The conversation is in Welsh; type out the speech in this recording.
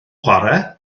chwarae